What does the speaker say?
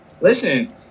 Listen